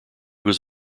was